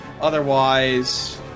Otherwise